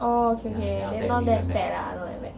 orh okay okay then not that bad lah not that bad